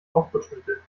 aufputschmittel